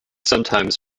sometimes